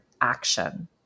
action